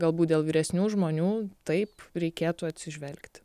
galbūt dėl vyresnių žmonių taip reikėtų atsižvelgti